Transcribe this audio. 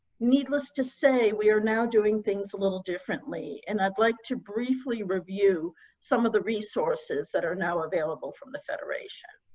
needless to say, we are now doing things a little differently and i'd like to briefly review some of the resources that are now available from the federation.